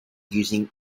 using